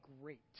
great